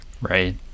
Right